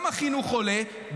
גם החינוך עולה,